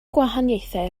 gwahaniaethau